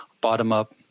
bottom-up